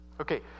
Okay